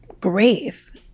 grave